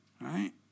right